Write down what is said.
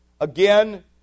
Again